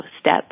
step